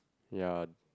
ya